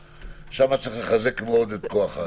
צריך לחזק את כוח האדם.